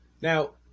Now